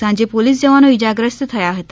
સાંજે પોલીસ જવાનો ઇજાગ્રસ્ત થયા હતા